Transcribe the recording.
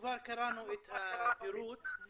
וכבר קראנו את הפירוט.